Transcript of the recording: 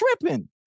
tripping